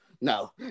No